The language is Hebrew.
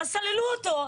אז סללו אותו.